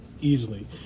easily